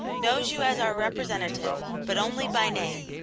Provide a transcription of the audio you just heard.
knows you as our representative, but only by name.